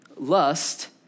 lust